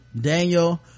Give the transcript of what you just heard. Daniel